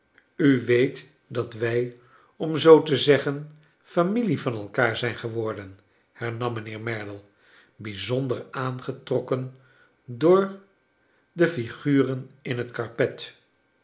u weet dat wij om zoo te zeggen familie van elkaar zijn geworden hernam mijnheer merdle bijzonder aangetrokken door de figuren in het karpet